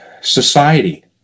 society